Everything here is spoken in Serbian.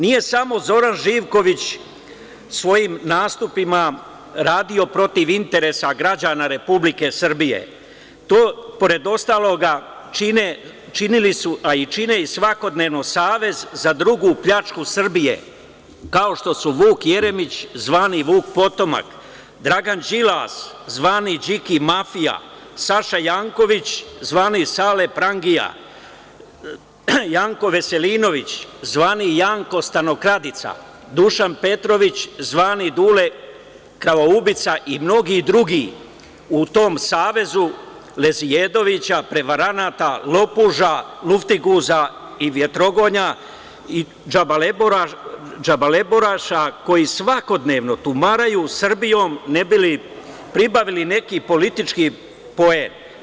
Nije samo Zoran Živković svojim nastupima radio protiv interesa građana Republike Srbije, to pored ostaloga činili su a i čine svakodnevno savez za drugu pljačku Srbije, kao što su Vuk Jeremić, zvani Vuk potomak, Dragan Đilas, zvani Điki mafija, Saša Janković, zvani Sale prangija, Janko Veselinović, zvani Janko stanokradica, Dušan Petrović, zvani Dule kao ubica i mnogi drugi u tom savezu lezijedovića, prevaranata, lopuža, luftiguza i vjetrogonja i džabalebaroši, koji svakodnevno tumaraju Srbijom, ne bi li pribavili neki politički poen.